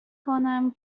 کنم